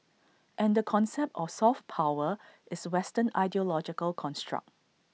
and the concept of soft power is western ideological construct